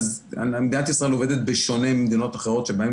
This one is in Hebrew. מדינת ישראל עובדת בשונה ממדינות שבהן